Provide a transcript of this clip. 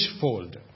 fold